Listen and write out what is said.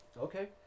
Okay